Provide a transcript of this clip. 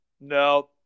No